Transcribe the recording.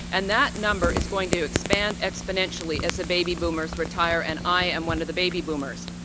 and that number is going to expand exponentially as the baby boomers retire. and i am one of the baby boomers.